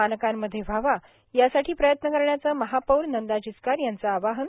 मानकामध्ये व्हावा यासाठी प्रयत्न करण्याचे महापौर नंदा जिचकार यांचं आवाहन